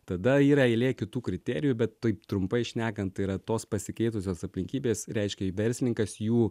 tada yra eilė kitų kriterijų bet taip trumpai šnekant yra tos pasikeitusios aplinkybės reiškia verslininkas jų